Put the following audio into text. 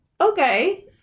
okay